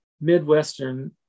Midwestern